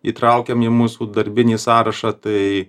įtraukėm į mūsų darbinį sąrašą tai